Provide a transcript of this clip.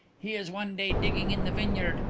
he is one day digging in the vineyard,